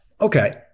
Okay